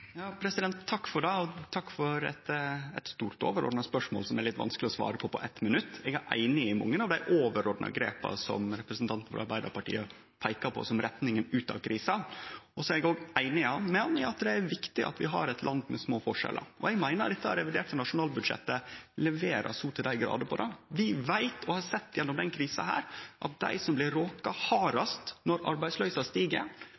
Takk for eit stort og overordna spørsmål som er litt vanskeleg å svare på på eitt minutt. Eg er einig i mange av dei overordna grepa som representanten frå Arbeidarpartiet peiker på som retninga ut av krisa. Eg er òg einig med han i at det er viktig at vi har eit land med små forskjellar, og eg meiner at dette reviderte nasjonalbudsjettet leverer så til dei grader på det. Vi veit, og har sett gjennom denne krisa, at dei som blir råka